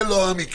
זה לא המקרה.